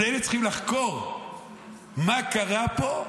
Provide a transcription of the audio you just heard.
הם צריכים לחקור מה קרה פה,